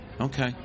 Okay